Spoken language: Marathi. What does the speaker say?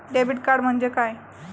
डेबिट कार्ड म्हणजे काय?